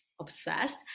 obsessed